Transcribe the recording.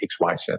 XYZ